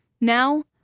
Now